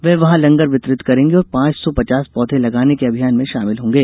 वे वहां लंगर वितरित करेंगे और पांच सौ पचास पौधे लगाने के अभियान में शाभिल होंगे